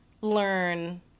learn